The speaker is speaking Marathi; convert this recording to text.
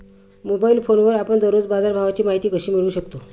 मोबाइल फोनवर आपण दररोज बाजारभावाची माहिती कशी मिळवू शकतो?